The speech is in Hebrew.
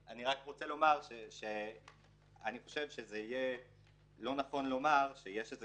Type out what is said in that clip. אני רק רוצה לומר שאני חושב שזה יהיה לא נכון לומר שיש איזה